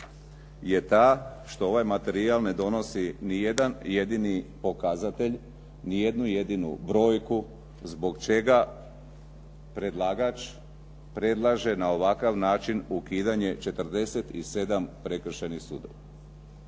je ta što ovaj materijal ne donosi ni jedan jedini pokazatelj, ni jednu jedinu brojku zbog čega predlagač predlaže na ovakav način ukidanje 47 prekršajnih sudova.